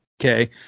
Okay